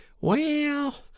Well